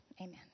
Amen